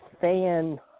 fan